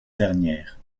dernière